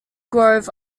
grove